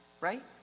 right